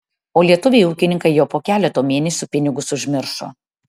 o lietuviai ūkininkai jau po keleto mėnesių pinigus užmiršo